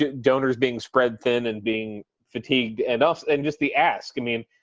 ah donors being spread thin and being fatigued and so and just the ask, i mean,